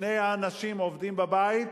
שני האנשים בבית עובדים,